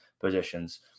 positions